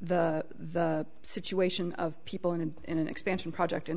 the situation of people in and in an expansion project in